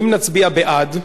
אם נצביע בעד,